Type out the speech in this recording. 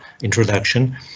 introduction